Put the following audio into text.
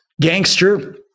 Gangster